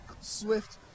swift